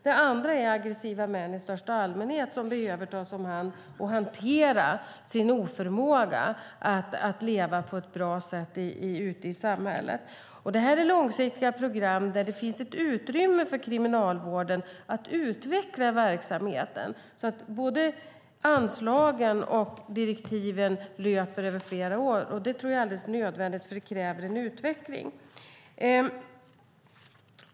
Det andra gäller aggressiva män i största allmänhet som behöver tas om hand och lära sig hantera sin oförmåga att leva på ett bra sätt ute i samhället. Detta är långsiktiga program där det finns ett utrymme för Kriminalvården att utveckla verksamheten så att både anslagen och direktiven löper över flera år. Jag tror att det är helt nödvändigt eftersom det kräver en utveckling.